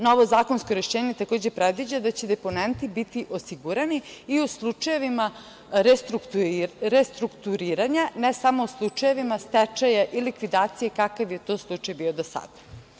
Novo zakonsko rešenje takođe predviđa da će deponenti biti osigurani i u slučajevima restrukturiranja ne samo u slučajevima stečaja i likvidacije kako je to slučaj bio do sada.